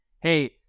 hey